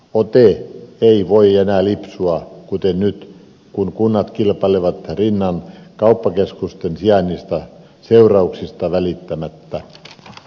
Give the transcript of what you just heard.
ote ei voi enää lipsua kuten nyt kun kunnat kilpailevat rinnan kauppakeskusten sijainnista seurauksista välittämättä